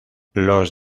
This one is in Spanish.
los